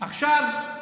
עכשיו,